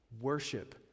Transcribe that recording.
worship